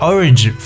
Orange